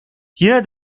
yine